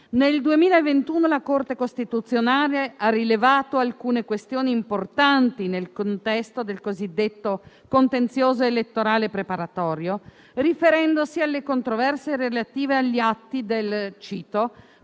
Nel 2021 la Corte costituzionale ha rilevato alcune questioni importanti, nel contesto del cosiddetto contenzioso elettorale preparatorio, riferendosi alle controversie relative agli atti del